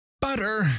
butter